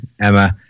Emma